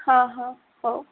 ହଁ ହଁ ହଉ